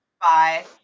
Bye